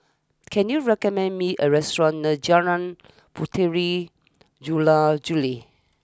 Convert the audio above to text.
can you recommend me a restaurant near Jalan Puteri Jula Juli